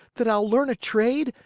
that i'll learn a trade,